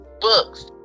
books